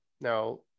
Now